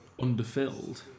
underfilled